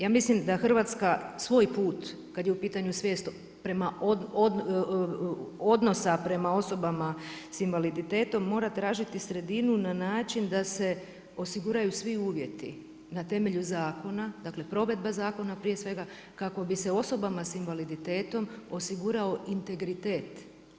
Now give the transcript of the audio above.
Ja mislim da Hrvatska svoj put kad je u pitanju svijest prema odnosa prema osobama s invaliditetom, mora tražiti sredinu na način da se osiguraju svi uvjeti na temelju zakona, dakle provedba zakona prije svega, kako bi se osobama s invaliditetom, osigurao integritet.